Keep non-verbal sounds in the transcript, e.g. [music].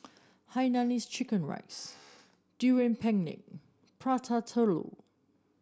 Hainanese Chicken Rice [noise] Durian Pengat Prata Telur